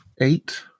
Eight